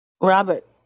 Robert